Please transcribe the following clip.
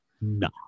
No